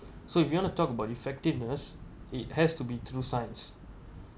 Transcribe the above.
so if you want to talk about effectiveness it has to be through science